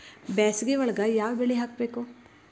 ಬ್ಯಾಸಗಿ ಒಳಗ ಯಾವ ಬೆಳಿ ಹಾಕಬೇಕು?